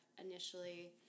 initially